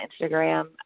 Instagram